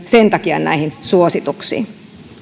sen takia näihin suosituksiin